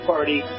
Party